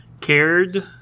cared